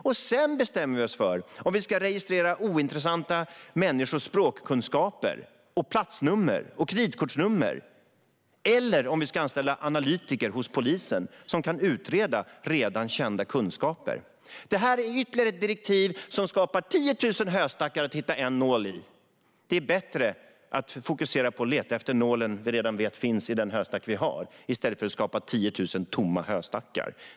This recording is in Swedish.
Sedan kan vi bestämma oss för om vi ska registrera ointressanta människors språkkunskaper, platsnummer och kreditkortsnummer eller om vi ska anställa analytiker hos polisen som kan utreda redan kända kunskaper. Det här är ytterligare ett direktiv som skapar 10 000 höstackar att hitta en nål i. Det är bättre att fokusera på att leta efter nålen som vi redan vet finns i den höstack vi har i stället för att skapa 10 000 tomma höstackar.